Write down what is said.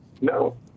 no